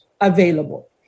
available